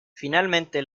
finalmente